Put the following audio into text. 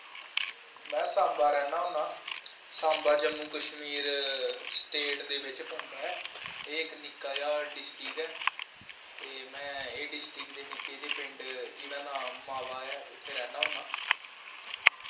में सांबा रैह्ना होन्ना सांबा जम्मू कशमीर स्टेट बिच पौंदा एह् इक निक्का जेहा डिस्ट्रिक्ट ऐ एह् में इस डिस्ट्रिक्ट दे निक्के जेह् पिंड मावा उत्थें रैह्ना होन्ना